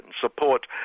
support